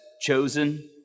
chosen